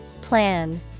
Plan